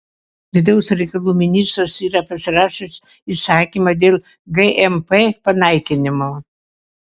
vidaus reikalų ministras yra pasirašęs įsakymą dėl gmp panaikinimo